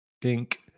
Dink